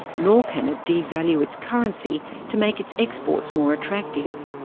nor can it devalue its currency to make its exports more attractive.